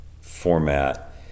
format